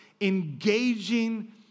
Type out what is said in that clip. engaging